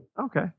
Okay